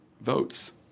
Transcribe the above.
votes